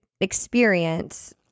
experience